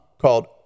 called